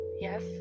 Yes